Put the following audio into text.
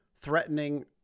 threatening